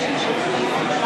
אני,